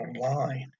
online